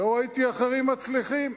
לא ראיתי אחרים מצליחים.